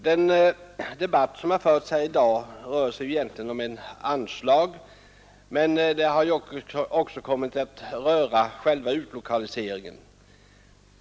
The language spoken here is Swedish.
Den debatt som har förts här i dag skall egentligen röra sig om anslag, men den har också kommit att röra själva utlokaliseringen.